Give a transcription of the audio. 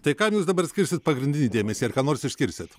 tai kam jūs dabar skirsit pagrindinį dėmesį ar ką nors išskirsit